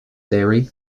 theory